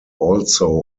also